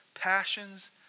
passions